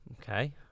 Okay